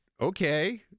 Okay